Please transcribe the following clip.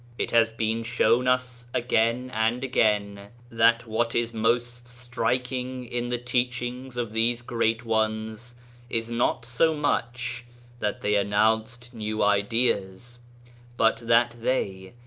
it has been shown us again and again that what is most striking in the teachings of these great ones is not so much that they announced new ideas but that they,